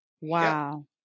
Wow